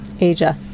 asia